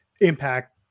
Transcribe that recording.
impact